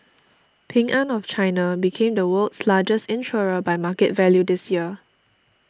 Ping An of China became the world's largest insurer by market value this year